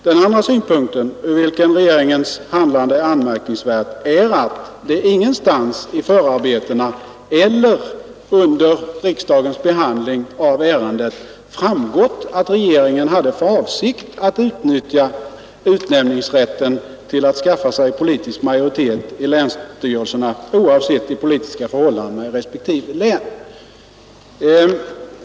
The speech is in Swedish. Den andra synpunkten från vilken regeringens handlande är anmärkningsvärt är att det ingenstans i förarbetena eller under riksdagens behandling av ärendet framgått att regeringen hade för avsikt att utnyttja utnämningsrätten till att skaffa sig politisk majoritet i länsstyrelserna, oavsett de politiska förhållandena i respektive län.